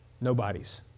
nobodies